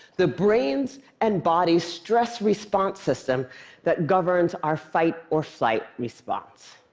the brain's and body's stress response system that governs our fight-or-flight response.